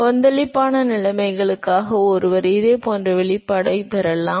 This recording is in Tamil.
கொந்தளிப்பான நிலைமைகளுக்கு ஒருவர் இதே போன்ற வெளிப்பாடுகளைப் பெறலாம்